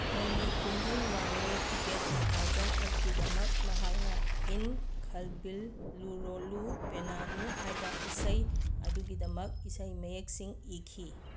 ꯃꯃꯤ ꯀꯨꯝꯍꯩ one way ticket two thousand ꯑꯩꯠꯀꯤꯗꯃꯛ ꯃꯍꯥꯛꯅ ꯏꯟ ꯈꯜꯕꯤꯜꯂꯨꯜꯂꯣꯔꯨ ꯄꯦꯟꯅꯥꯅꯨ ꯍꯥꯏꯕ ꯏꯁꯩ ꯑꯗꯨꯒꯤꯗꯃꯛ ꯏꯁꯩ ꯃꯌꯦꯛꯁꯤꯡ ꯏꯈꯤ